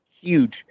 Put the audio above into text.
huge